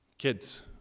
Kids